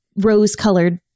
rose-colored